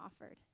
offered